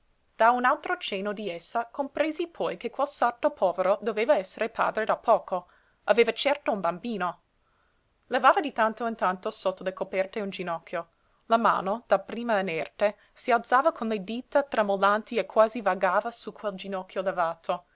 da un altro cenno di essa compresi poi che quel sarto povero doveva esser padre da poco aveva certo un bambino levava di tanto in tanto sotto le coperte un ginocchio la mano dapprima inerte si alzava con le dita tremolanti e quasi vagava su quel ginocchio levato